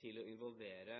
til å involvere